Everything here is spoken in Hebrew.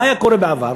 מה היה קורה בעבר?